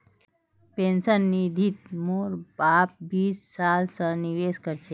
pension निधित मोर बाप बीस साल स निवेश कर छ